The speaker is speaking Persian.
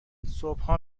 صبحا